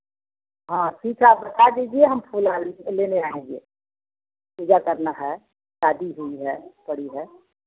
हाँ ठीक है आप बता दीजिए हम फूल आल हम लेने आएँगे पूजा करना है शादी हुई है पड़ी है